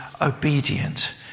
obedient